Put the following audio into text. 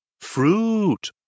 Fruit